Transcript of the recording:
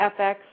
FX